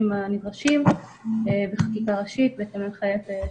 הנדרשים בחקיקה ראשית בהתאם להנחיית היועץ.